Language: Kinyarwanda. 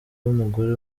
w’umugore